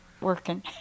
working